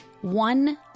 one